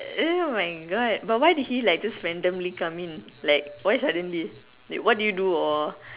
eh oh my God but why did he like randomly come in like why suddenly like what did you do or